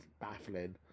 baffling